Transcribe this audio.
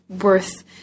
worth